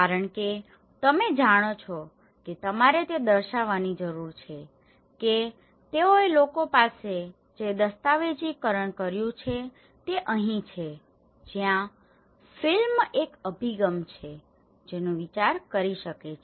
કારણ કે તમે જાણો છો કે તમારે તે દર્શાવવાની જરૂર છે કે તેઓએ લોકો પાસે જે દસ્તાવેજીકરણ કર્યું છે તે અહીં છે જ્યાં ફિલ્મ એક અભિગમ છે જેનો વિચાર કરી શકે છે